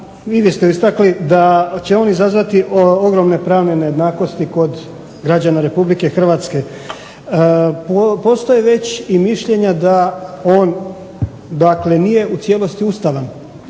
vi niste istakli da će on izazvati ogromne pravne nejednakosti kod građana Republike Hrvatske. Postoje već i mišljenja da on, dakle nije u cijelosti ustavan.